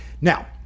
Now